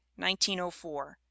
1904